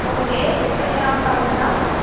okay இன் அவர் காலேஜா